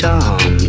Tom